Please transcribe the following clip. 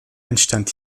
entstand